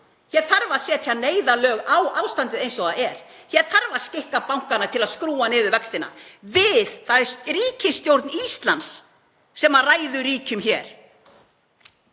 Hér þarf að setja neyðarlög á ástandið eins og það er. Hér þarf að skikka bankana til að skrúfa niður vextina. Það er ríkisstjórn Íslands sem ræður ríkjum hér